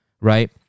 Right